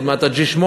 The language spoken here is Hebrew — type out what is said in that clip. עוד מעט ה-G-8,